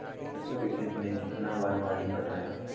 सरसों के खेत मे कितना बार पानी पटाये?